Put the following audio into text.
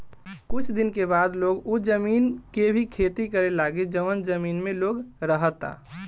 कुछ दिन के बाद लोग उ जमीन के भी खेती करे लागी जवन जमीन में लोग रहता